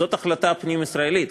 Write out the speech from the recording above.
זאת החלטה פנים-ישראלית.